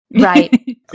Right